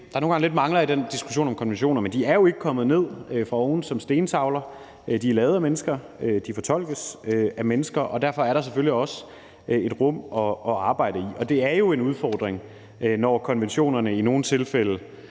det, der nogle gange lidt mangler i diskussionen om konventionerne – kommet ned fra oven som stentavler. De er lavet af mennesker, de fortolkes af mennesker, og derfor er der selvfølgelig også et rum at arbejde i. Og det er jo en udfordring, når konventionerne i nogle tilfælde